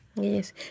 Yes